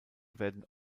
werden